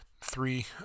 three